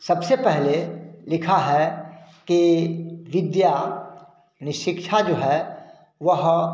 सबसे पहले लिखा है कि विद्या यानी शिक्षा जो है वह